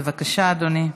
בבקשה, אדוני.